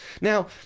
Now